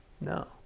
No